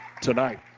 tonight